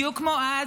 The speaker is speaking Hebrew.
בדיוק כמו אז,